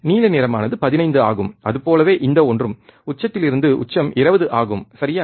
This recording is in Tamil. நீல நிறமானது 15 ஆகும் அதுபோலவே இந்த ஒன்றும் உச்சத்திலிருந்து உச்சம் 20 ஆகும் சரியா